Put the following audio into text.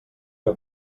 que